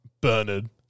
Bernard